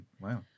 wow